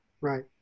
Right